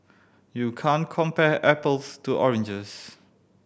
you can't compare apples to oranges